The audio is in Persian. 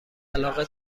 علاقه